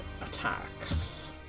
attacks